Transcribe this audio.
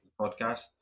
podcast